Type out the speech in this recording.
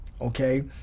okay